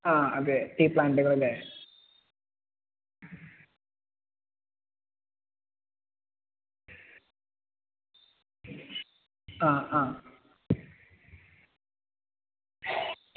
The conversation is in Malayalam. ആ അതെ ടി പ്ലാന്റുകൾ അല്ലെ ആ അ